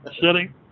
sitting